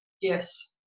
Yes